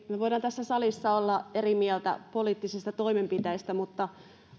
voimme tässä salissa olla eri mieltä poliittisista toimenpiteistä mutta